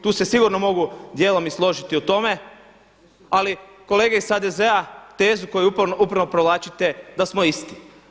Tu se sigurno mogu dijelom i složiti u tome, ali kolege iz HDZ-a tezu koju uporno provlačite da smo isti.